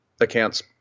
accounts